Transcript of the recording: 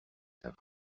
have